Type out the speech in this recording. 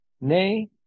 nay